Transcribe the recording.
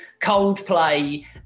Coldplay